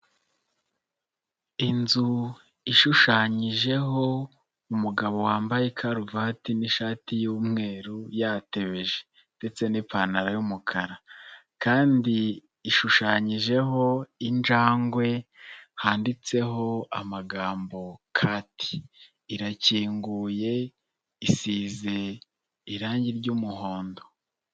Inzu ishushanyijeho umugabo wambaye ikaruvati n'ishati y'umweru yatebeje ndetse n'ipantaro y'umukara kandi ishushanyijeho injangwe handitseho amagambo cat, irakinguye isize irange ry'umuhondo.